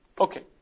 Okay